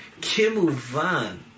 Kimuvan